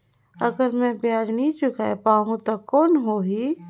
अगर मै ब्याज नी चुकाय पाहुं ता कौन हो ही?